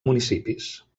municipis